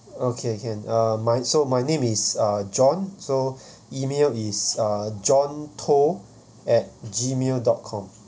okay can uh my so my name is uh john so email is uh john toh at G mail dot com